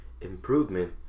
improvement